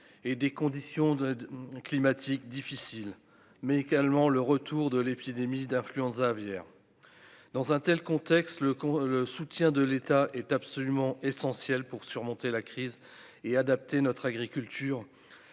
et des conditions de climatiques difficiles mais également le retour de l'épidémie d'influenza aviaire dans un tel contexte le con le soutien de l'État est absolument essentielle pour surmonter la crise et adapter notre agriculture